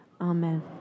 Amen